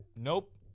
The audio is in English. Nope